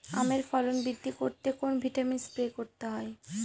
আমের ফলন বৃদ্ধি করতে কোন ভিটামিন স্প্রে করতে হয়?